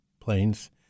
planes